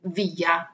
via